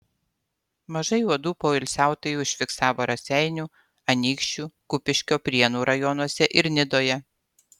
mažai uodų poilsiautojai užfiksavo raseinių anykščių kupiškio prienų rajonuose ir nidoje